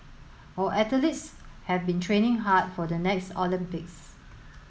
our athletes have been training hard for the next Olympics